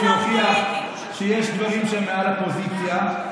להוכיח שיש דברים שהם מעל הפוזיציה.